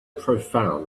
profound